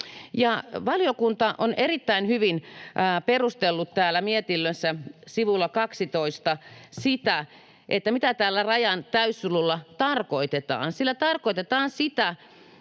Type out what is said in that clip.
Valiokunta on erittäin hyvin perustellut mietinnössä sivulla 12 sitä, mitä tällä rajan täyssululla tarkoitetaan. Sillä tarkoitetaan sitä,